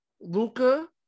Luca